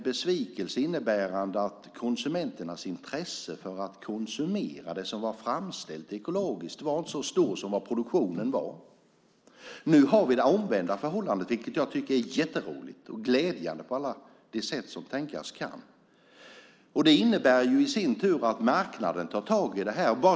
Besvikelsen gällde att konsumenternas intresse för att konsumera det som var ekologiskt framställt inte var så stort som produktionen. Nu har vi det omvända förhållandet, vilket är roligt och glädjande på alla sätt som tänkas kan. Det innebär i sin tur att marknaden tar tag i detta.